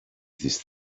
this